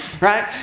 right